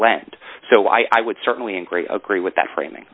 lend so i would certainly agree agree with that framing